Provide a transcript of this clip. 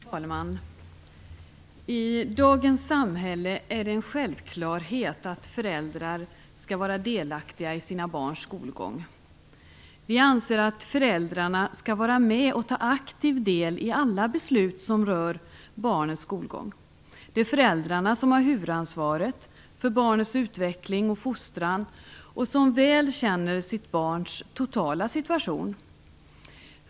Herr talman! I dagens samhälle är det en självklarhet att föräldrar skall vara delaktiga i sina barns skolgång. Vi anser att föräldrarna skall vara med och aktivt ta del i alla beslut som rör barnets skolgång. Det är föräldrarna som har huvudansvaret för barnets utveckling och fostran och som väl känner sitt barns totala situation.